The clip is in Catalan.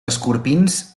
escorpins